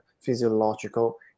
physiological